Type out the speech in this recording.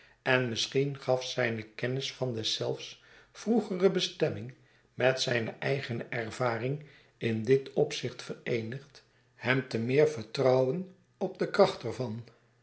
en misschien gaf zijne kennis van deszelfs vroegere bestemming met zijne eigene ervaring in dit opzicht vereenigd hem te meer vertrouwen op de kracht